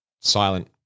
silent